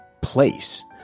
place